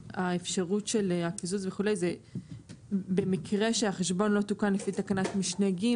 האפשרות של הקיזוז וכו' זה במקרה והחשבון לא תוקן לפי תקנת משנה (ג)